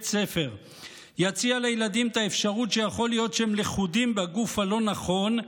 ספר יציע לילדים את האפשרות שיכול להיות שהם לכודים בגוף הלא-נכון,